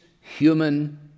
human